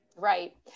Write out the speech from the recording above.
Right